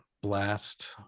blast